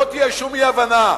שלא תהיה שום אי-הבנה,